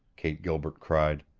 kate gilbert cried.